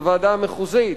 בוועדה המחוזית.